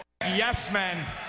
yes-men